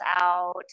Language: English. out